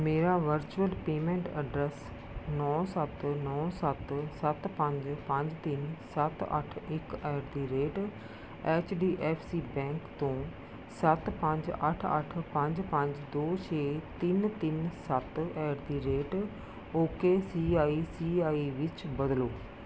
ਮੇਰਾ virtual payment address ਨੌ ਸੱਤ ਨੌ ਸੱਤ ਸੱਤ ਪੰਜ ਪੰਜ ਤਿੰਨ ਸੱਤ ਅੱਠ ਇੱਕ at the rate H D F C bank ਤੋਂ ਸੱਤ ਪੰਜ ਅੱਠ ਅੱਠ ਪੰਜ ਪੰਜ ਦੋ ਛੇ ਤਿੰਨ ਤਿੰਨ ਸੱਤ at the rate okay C I C I ਵਿੱਚ ਬਦਲੋ